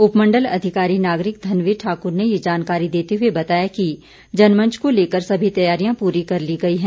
उपमण्डल अधिकारी नागरिक धनवीर ठाकुर ने ये जानकारी देते हुए बताया कि जनमंच को लेकर सभी तैयारियां पूरी कर ली गई है